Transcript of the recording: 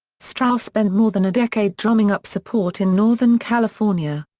strauss spent more than a decade drumming up support in northern california.